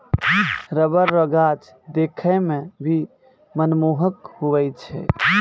rubber रो गाछ देखै मे भी मनमोहक हुवै छै